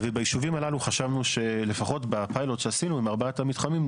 ביישובים הללו חשבנו שלפחות בפיילוט שעשינו עם ארבעת המתחמים,